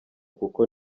kuko